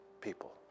people